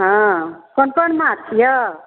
हँ कोन कोन माछ छिअऽ